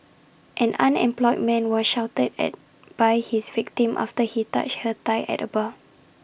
an unemployed man was shouted at by his victim after he touched her thigh at A bar